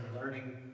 learning